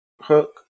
Hook